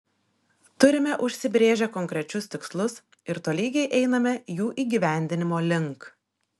turime užsibrėžę konkrečius tikslus ir tolygiai einame jų įgyvendinimo link